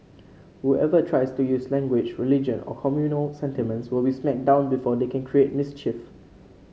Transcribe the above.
whoever tries to use language religion or communal sentiments will be smacked down before they can create mischief